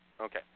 Okay